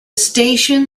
station